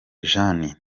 jane